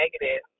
negative